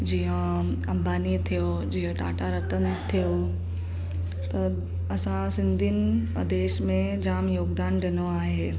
जीअं अंबानी थियो जीअं टाटा रतन थियो त असां सिंधियुनि देश में जाम योगदान ॾिनो आहे